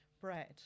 Bread